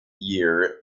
year